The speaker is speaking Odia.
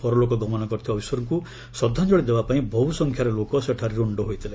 ପରଲୋକ ଗମନ କରିଥିବା ଅଫିସରଙ୍କୁ ଶ୍ରଦ୍ଧାଞ୍ଚଳି ଦେବାପାଇଁ ବହୁସଂଖ୍ୟାରେ ଲୋକ ସେଠାରେ ରୁଣ୍ଡ ହୋଇଥିଲେ